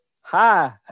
Hi